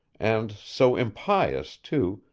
and so impious too,